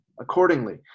accordingly